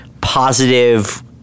positive